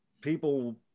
people